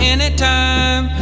Anytime